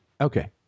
Okay